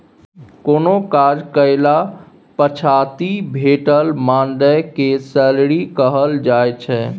कोनो काज कएला पछाति भेटल मानदेय केँ सैलरी कहल जाइ छै